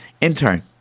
intern